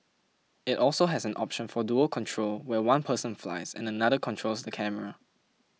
it also has an option for dual control where one person flies and another controls the camera